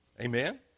Amen